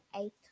eight